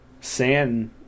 sand